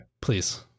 please